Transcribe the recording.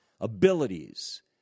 abilities